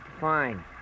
Fine